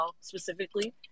specifically